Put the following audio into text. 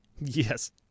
Yes